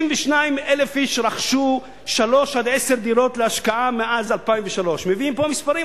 32,000 איש רכשו שלוש עד עשר דירות להשקעה מאז 2003. מביאים פה מספרים,